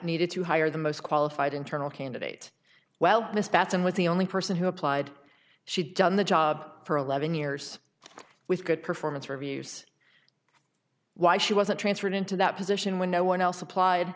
needed to hire the most qualified internal candidate well miss bateson was the only person who applied she done the job for eleven years with good performance reviews why she wasn't transferred into that position when no one else applied